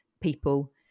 people